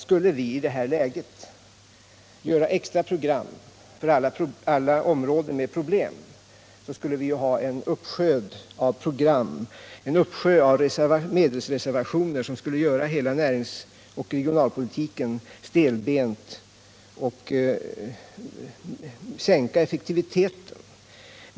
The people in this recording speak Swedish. Skulle vi i det här läget göra extra program för alla områden med problem, skulle vi få en uppsjö av program och en uppsjö av medelsreservationer som skulle göra hela näringsoch regionalpolitiken stelbent och sänka effektiviteten.